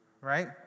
right